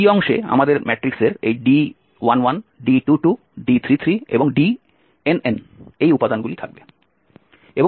D অংশে আমাদের ম্যাট্রিক্সের এই d11 d22 d33 and dnn এই উপাদানগুলি থাকবে